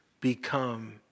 become